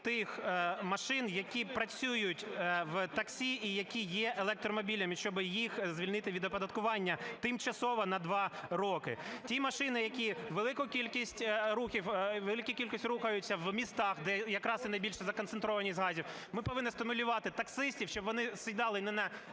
тих машин, які працюють в таксі і які є електромобілями, щоб їх звільнити від оподаткування тимчасово на 2 роки. Ті машини, які велику кількість рухаються у містах, де якраз і найбільша законцентрованість газів, ми повинні стимулювати таксистів, щоб вони сідали не на "євробляхах"